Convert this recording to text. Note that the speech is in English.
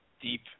Deep